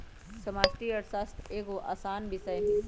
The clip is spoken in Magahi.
समष्टि अर्थशास्त्र एगो असान विषय हइ